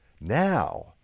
Now